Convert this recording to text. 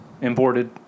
Imported